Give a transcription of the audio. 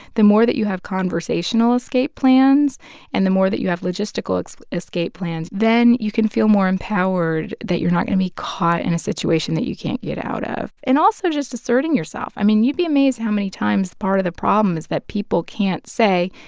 the more that you have conversational escape plans and the more that you have logistical escape plans, then you can feel more empowered that you're not going to be caught in a situation that you can't get out of and also, just asserting yourself. i mean, you'd be amazed how many times part of the problem is that people can't say,